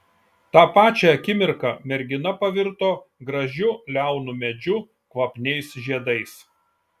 tą pačią akimirka mergina pavirto gražiu liaunu medžiu kvapniais žiedais